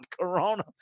Corona